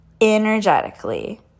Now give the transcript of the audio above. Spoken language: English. energetically